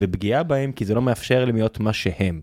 בפגיעה בהם כי זה לא מאפשר להם להיות מה שהם.